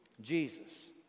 Jesus